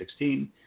2016